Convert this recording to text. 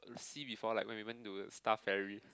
sea before like when we went to Star Ferry